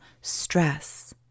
stress